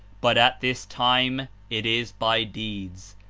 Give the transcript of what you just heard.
but at this time it is by deeds.